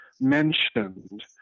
mentioned